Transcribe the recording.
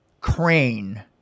crane